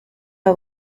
aba